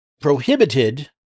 prohibited